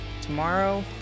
tomorrow